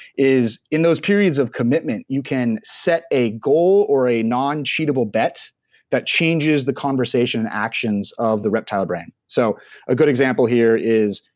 is in those periods of commitment you can set a goal or a noncheatable bet that changes the conversation and actions of the reptile brain. so a good example here is,